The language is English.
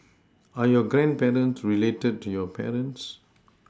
are your grandparents related to your parents